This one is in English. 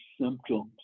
symptoms